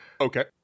okay